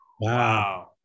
wow